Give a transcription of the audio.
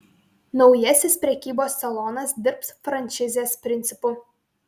naujasis prekybos salonas dirbs franšizės principu